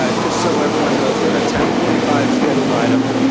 ah just so everyone knows, we have a ten forty five scheduled item.